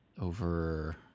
over